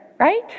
Right